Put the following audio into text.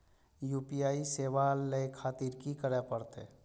UPI सेवा ले खातिर की करे परते?